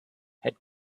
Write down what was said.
had